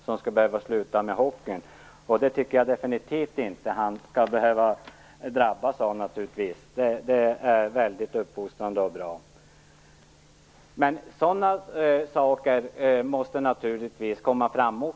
Han skulle behöva sluta med hockeyn, men det tycker jag naturligtvis definitivt inte att han skall behöva drabbas av. Den är mycket uppfostrande och bra. Men också sådana här uppgifter måste naturligtvis komma fram.